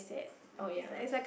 oh ya